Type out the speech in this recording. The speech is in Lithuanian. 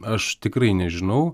aš tikrai nežinau